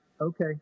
okay